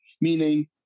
meaning